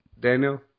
Daniel